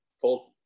full